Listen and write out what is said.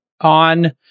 On